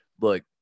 look